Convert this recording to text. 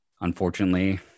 unfortunately